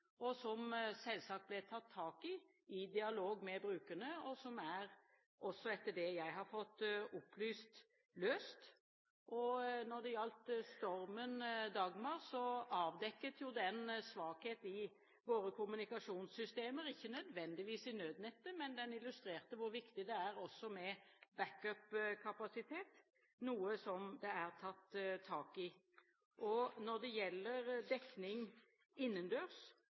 tilbake, som selvsagt ble tatt tak i i dialog med brukerne, og som også etter det jeg har fått opplyst, er løst. Når det gjaldt stormen Dagmar, avdekket den svakhet i våre kommunikasjonssystemer, ikke nødvendigvis i nødnettet, men den illustrerte hvor viktige det er med back up-kapasitet, noe som det er tatt tak i. Når det gjelder dekning innendørs,